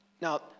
Now